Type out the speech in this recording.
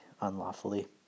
unlawfully